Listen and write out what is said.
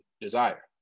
desire